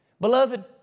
Beloved